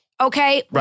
okay